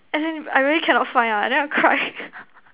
as in I really cannot find ah and then I cry